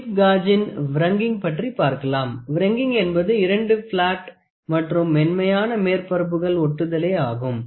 slip காஜின் wringing பற்றி பார்க்கலாம் வ்ரிங்கிங் என்பது இரண்டு பிளாட் மற்றும் மென்மையான மேற்பரப்புகள் ஒட்டுதளே ஆகும்